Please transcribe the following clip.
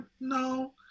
no